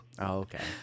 okay